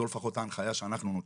זו לפחות ההנחיה שאנחנו נותנים,